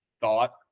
thought